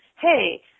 hey